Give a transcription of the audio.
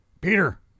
Peter